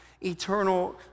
eternal